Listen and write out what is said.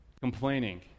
complaining